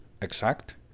exact